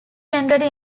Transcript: generally